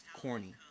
corny